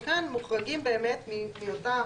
וכאן מוחרגים באמת מאותה